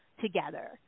together